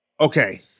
Okay